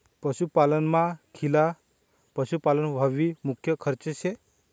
पशुपालनमा खिला पशुपालन हावू मुख्य खर्च शे